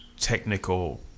technical